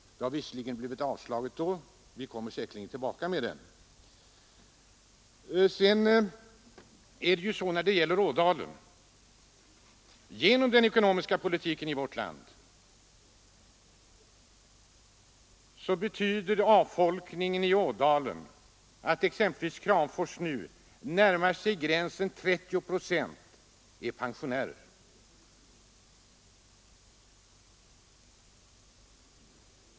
Vårt krav har, visserligen avslagits, men vi kommer säkerligen tillbaka med det. Genom den ekonomiska politiken i vårt land har avfolkningen i Ådalen fört med sig att befolkningen i exempelvis Kramfors snart består av 30 procent pensionärer.